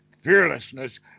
fearlessness